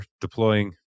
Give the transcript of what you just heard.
deploying